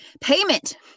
Payment